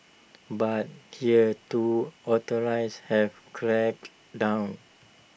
but here too authorize have cracked down